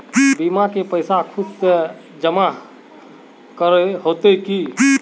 बीमा के पैसा खुद से जाहा के जमा करे होते की?